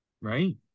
Right